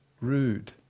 rude